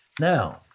Now